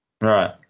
Right